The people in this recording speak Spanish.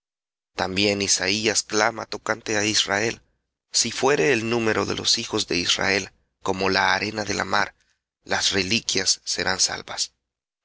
también isaías clama tocante á israel si fuere el número de los hijos de israel como la arena de la mar las reliquias serán salvas